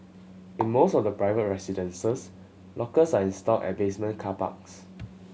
in most of the private residences lockers are installed at basement car parks